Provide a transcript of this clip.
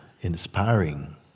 inspiring